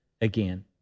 again